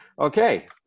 Okay